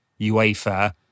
UEFA